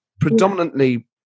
predominantly